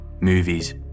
movies